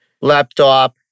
laptop